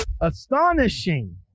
astonishing